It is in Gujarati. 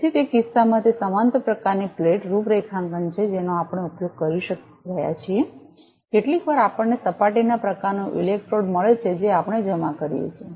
તેથીતે કિસ્સામાં તે સમાંતર પ્રકારની પ્લેટ રૂપરેખાંકન છે જેનો આપણે ઉપયોગ કરી રહ્યા છીએ કેટલીકવાર આપણને સપાટીના પ્રકારનો ઇલેક્ટ્રોડ મળે છે જે આપણે જમા કરીએ છીએ